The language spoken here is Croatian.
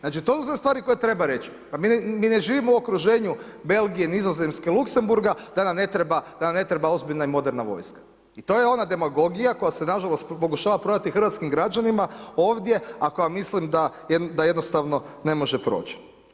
Znači ... stvari koje treba reći, pa mi ne živimo u okruženju Belgije, Nizozemske, Luxembourga da nam ne treba ozbiljna i moderna vojska i to je ona demagogija koja se nažalost pokušava prodati hrvatskim građanima ovdje, a koju mislim da jednostavno ne može proći.